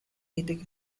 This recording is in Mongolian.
гэдэг